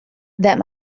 that